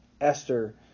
Esther